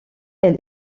elle